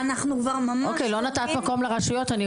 אני רוצה לקבל תשובה ממשרד החינוך איך דבר כזה יכול לקרות.